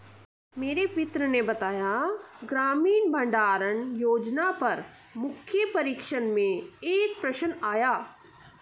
मेरे मित्र ने बताया ग्रामीण भंडारण योजना पर मुख्य परीक्षा में एक प्रश्न आया